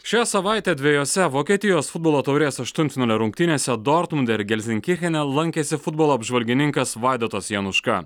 šią savaitę dvejose vokietijos futbolo taurės aštuntfinalio rungtynėse dortmunde ir gelzenkichene lankėsi futbolo apžvalgininkas vaidotas januška